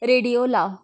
radio लाव